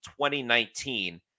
2019